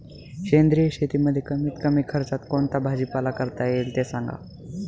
सेंद्रिय शेतीमध्ये कमीत कमी खर्चात कोणता भाजीपाला करता येईल ते सांगा